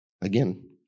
again